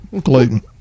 gluten